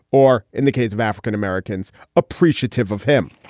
or in the case of african-americans appreciative of him,